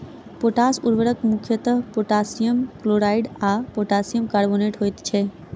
potash उर्वरक मुख्यतः potassium chloride आ पोटासियम कार्बोनेट होइत छै